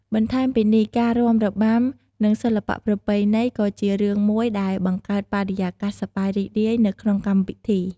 បន្ថែមពីនេះ ការរាំរបាំ និងសិល្បៈប្រពៃណីក៏ជារឿងមួយដែលបង្កើតបរិយាកាសសប្បាយរីករាយនៅក្នុងពិធី។